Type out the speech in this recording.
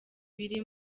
biri